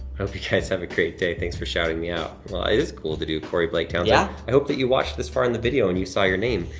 hope you guys have a great day, thanks for shouting me out. well, it is cool to do, corey blake townshen. yeah. i hope that you watched this far in the video and you saw your name.